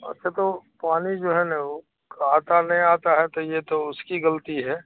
اچھا تو پانی جو ہے نا وہ آتا نہیں آتا ہے تو یہ تو اس کی غلطی ہے